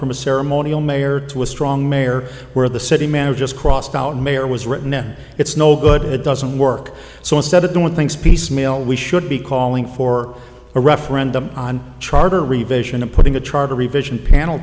from a ceremonial mayor to a strong mayor where the city manager is crossed out mayor was written then it's no good it doesn't work so instead of doing things piecemeal we should be calling for a referendum on charter revision and putting a charter revision panel